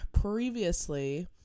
previously